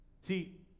See